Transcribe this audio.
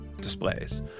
displays